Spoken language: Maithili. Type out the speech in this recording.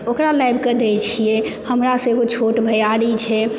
ओकरा लाबि कऽ दै छियै हमरा सँ एगो छोट भैयारी छै